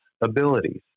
abilities